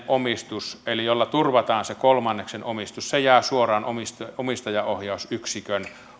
omistus eli se jolla turvataan se kolmanneksen omistus jää suoraan omistajaohjausyksikön